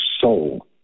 soul